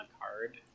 card